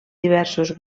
diversos